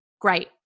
great